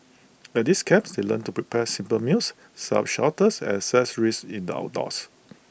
at these camps they learn to prepare simple meals set up shelters assess risks in the outdoors